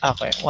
Okay